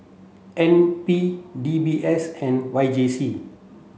N P D B S and Y J C